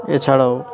এছাড়াও